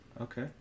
Okay